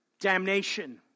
damnation